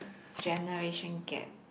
generation gap